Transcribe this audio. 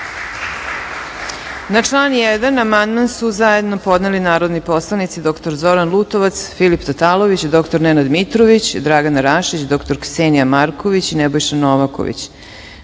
Na član 1. amandman su zajedno podneli narodni poslanici dr Zoran Lutovac, Filip Tatalović, dr Nenad Mitrović, Dragana Rašić, dr Ksenija Marković i Nebojša Novaković. Primili